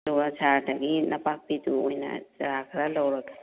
ꯍꯣꯏ ꯁꯥꯔꯗꯒꯤ ꯅꯄꯥꯛꯄꯤꯗꯨ ꯑꯣꯏꯅ ꯆꯥꯔꯥ ꯈꯔ ꯂꯧꯔꯒꯦ